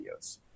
videos